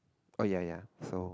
oh ya ya so